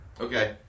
Okay